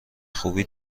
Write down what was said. خوبی